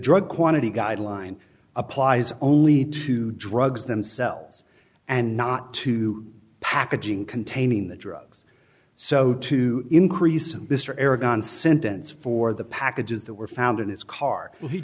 drug quantity guideline applies only to drugs themselves and not to packaging containing the drugs so to increase mr aragon sentence for the packages that were found in his car